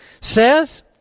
says